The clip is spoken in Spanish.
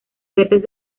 verdes